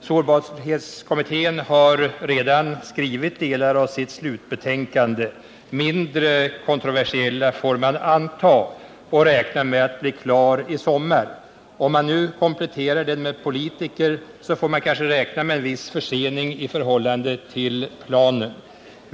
Sårbarhetskommittén har redan skrivit delar av sitt slutbetänkande — mindre kontroversiella, får man anta — och räknar med att bli klar i sommar. Om man nu kompletterar den med politiker får man kanske räkna med en viss försening i förhållande till planen.